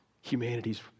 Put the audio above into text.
Humanity's